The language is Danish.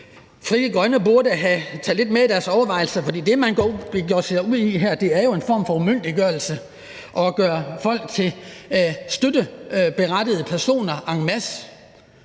Frie Grønne burde have taget lidt med i deres overvejelser, for det, man begiver sig ud i her, er jo en form for umyndiggørelse, nemlig at gøre folk til støtteberettigede personer en masse.